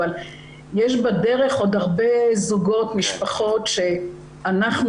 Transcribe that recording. אבל יש בדרך עוד הרבה זוגות ומשפחות שאנחנו